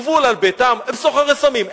גבול על ביתם, הם סוחרי סמים.